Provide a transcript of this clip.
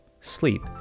sleep